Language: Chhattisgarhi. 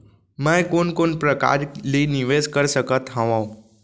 मैं कोन कोन प्रकार ले निवेश कर सकत हओं?